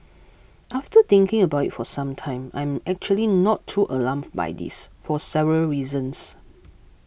after thinking about it for some time I am actually not too alarmed by this for several reasons